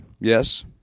Yes